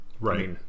Right